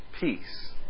peace